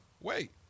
wait